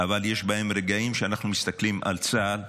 אבל יש רגעים שאנחנו מסתכלים על צה"ל,